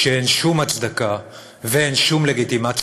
אין שום הצדקה ואין שום לגיטימציה,